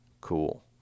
Cool